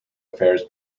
affairs